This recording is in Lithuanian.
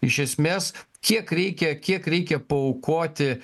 iš esmės kiek reikia kiek reikia paaukoti